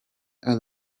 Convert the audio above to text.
and